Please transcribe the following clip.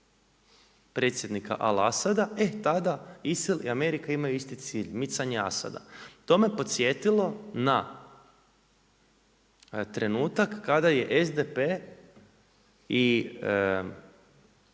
predsjednika al-Asada e tada ISIL i Amerika imaju isti cilj – micanje Asada. To me podsjetilo na trenutak kada je SDP i